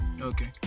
okay